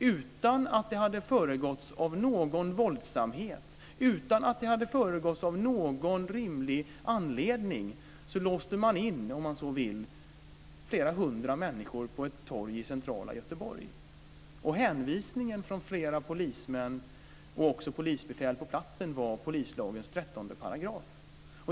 Utan att det hade föregåtts av någon våldsamhet, utan att det hade föregåtts av någon rimlig anledning, låste man in flera hundra människor på ett torg i centrala Göteborg. Hänvisningen från flera polismän och även polisbefäl på platsen var till polislagens 13 §.